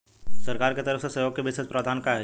सरकार के तरफ से सहयोग के विशेष प्रावधान का हई?